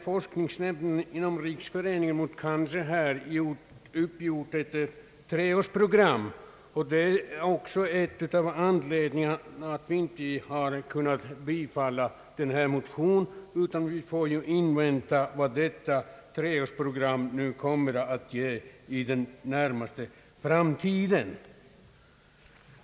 Forskningsnämnden inom riksföreningen mot cancer har gjort upp ett treårsprogram, och det är en av anledningarna till att vi inte har kunnat bifalla denna motion. Vi får i stället invänta vad detta treårsprogram kommer att ge i den närmaste framtiden.